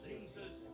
Jesus